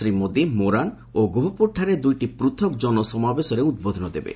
ଶ୍ରୀ ମୋଦି ମୋରାନ୍ ଓ ଗୋହପୁରଠାରେ ଦୁଇଟି ପୃଥକ୍ ଜନସମାବେଶରେ ଉଦ୍ବୋଧନ ଦେବେ